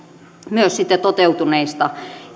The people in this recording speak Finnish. sitten toteutuneista